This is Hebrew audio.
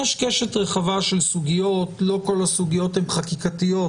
יש קשת רחבה של סוגיות, לא כל הסוגיות חקיקתיות.